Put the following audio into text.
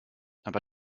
aber